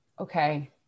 okay